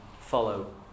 follow